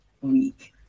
week